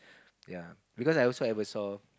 ya because I also ever saw